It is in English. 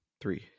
Three